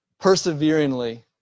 perseveringly